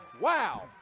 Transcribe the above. Wow